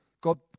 God